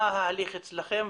מה ההליך אצלכם?